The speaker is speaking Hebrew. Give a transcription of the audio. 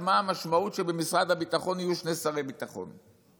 מה המשמעות שבמשרד הביטחון יהיו שני שרי ביטחון.